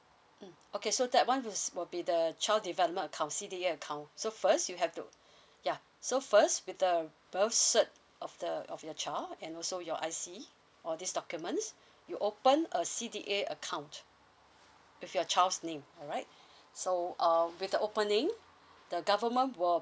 mm okay so that one is will be the child development account C_D_A account so first you have to ya so first with the birth cert of the of your child and also your I_C all these documents you open a C_D_A account with your child's name alright so um with the opening the government will